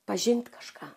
pažint kažką